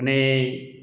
અને